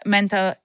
mental